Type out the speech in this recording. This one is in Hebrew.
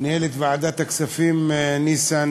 ניהל את ועדת הכספים ניסן